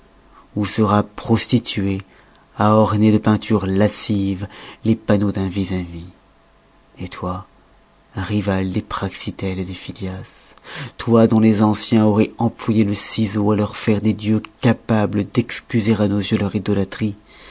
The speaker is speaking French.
ou sera prostitué à orner de peintures lascives les panneaux d'un vis-à-vis et toi rival de praxitèles et des phidias toi dont les anciens auroient employé le ciseau à leur faire des dieux capables d'excuser à nos yeux leur idolâtrie